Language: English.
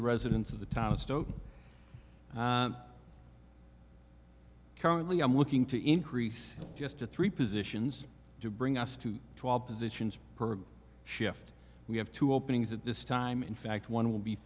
the residents of the town still currently i'm looking to increase just to three positions to bring us to twelve positions per shift we have two openings at this time in fact one will be